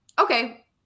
okay